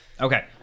Okay